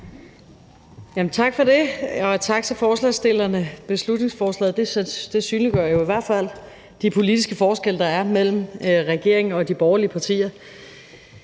Tak for det, og tak til forslagsstillerne. Beslutningsforslaget synliggør jo i hvert fald de politiske forskelle, der er, mellem regeringen og de borgerlige partier.